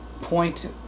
point